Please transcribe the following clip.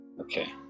Okay